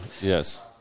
Yes